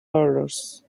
orders